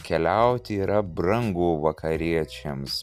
keliauti yra brangu vakariečiams